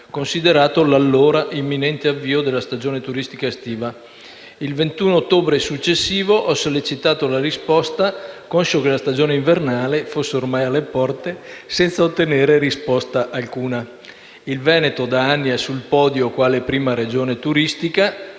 considerato l'allora imminente avvio della stagione turistica estiva. Il 21 ottobre successivo ho sollecitato la risposta, conscio che la stagione invernale fosse ormai alle porte, senza ottenere risposta alcuna. Il Veneto, da anni, è sul podio quale prima Regione turistica